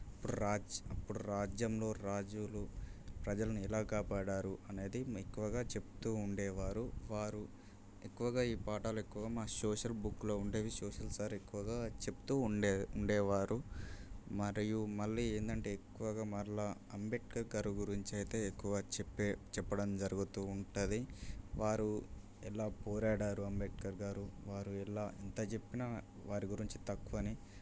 రాజ్ అప్పుడు రాజ్యంలో రాజులు ప్రజలను ఎలా కాపాడారు అనేది ఎక్కువగా చెప్తూ ఉండేవారు ఎక్కువగా వారు ఎక్కువగా ఈ పాఠాలు ఎక్కువగా మా సోషల్ బుక్లో ఉండేవి సోషల్ సార్ ఎక్కువగా చెప్తూ ఉండే ఉండేవారు మరియు మళ్ళీ ఏందంటే ఎక్కువగా మరలా అంబేద్కర్ గారి గురించి అయితే ఎక్కువ చెప్పే చెప్పడం జరుగుతూ ఉంటుంది వారు ఎలా పోరాడారు అంబేద్కర్ గారు వారు ఎలా ఎంత చెప్పినా వారి గురించి తక్కువనే